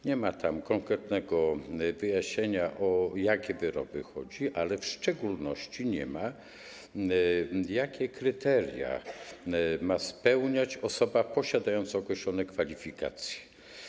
Nie ma tam konkretnego wyjaśnienia, o jakie wyroby chodzi, ale w szczególności nie ma tego, jakie kryteria ma spełniać osoba posiadające określone kwalifikacje.